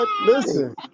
Listen